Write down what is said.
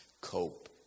cope